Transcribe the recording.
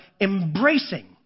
embracing